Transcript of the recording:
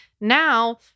now